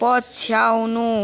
पछ्याउनु